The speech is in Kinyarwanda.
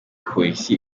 polisi